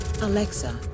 Alexa